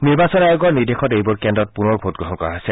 নিৰ্বাচন আয়োগৰ নিৰ্দেশত এইবোৰ কেন্দ্ৰত পুনৰ ভোটগ্ৰহণ কৰা হৈছে